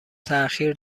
تاخیر